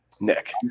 Nick